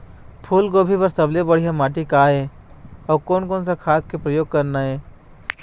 फूलगोभी बर सबले बढ़िया माटी का ये? अउ कोन कोन खाद के प्रयोग करना ये?